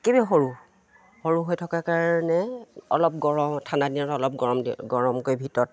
সৰু সৰু হৈ থকা কাৰণে অলপ গৰম ঠাণ্ডা দিনত অলপ গৰম দিয়ে গৰমকৈ ভিতৰত